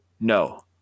No